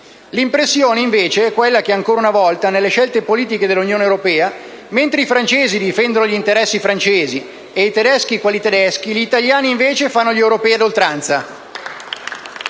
L'impressione, invece, è quella che, ancora una volta, nelle scelte politiche dell'Unione europea, mentre i francesi difendono gli interessi francesi e i tedeschi quelli tedeschi, gli italiani fanno invece gli europei ad oltranza.